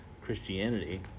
christianity